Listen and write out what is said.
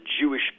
Jewish